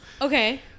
Okay